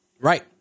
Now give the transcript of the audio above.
Right